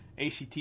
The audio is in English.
ACT